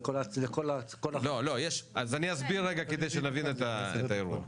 זה כל ה- -- אז אני אסביר כדי שנבין את האירוע.